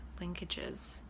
linkages